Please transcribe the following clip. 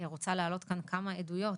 אני רוצה להעלות כאן כמה עדויות